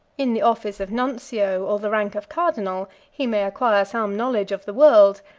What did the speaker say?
in the office of nuncio, or the rank of cardinal, he may acquire some knowledge of the world,